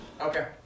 Okay